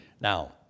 Now